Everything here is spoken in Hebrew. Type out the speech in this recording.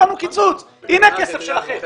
הנה הכסף שלכם.